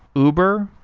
uber,